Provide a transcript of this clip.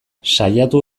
saiatu